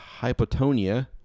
hypotonia